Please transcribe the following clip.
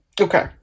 Okay